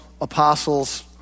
apostles